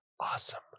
awesome